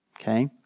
okay